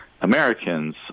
Americans